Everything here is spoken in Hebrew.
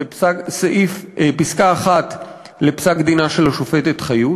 זו פסקה 1 בפסק-דינה של השופטת חיות.